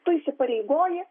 tu įsipareigoji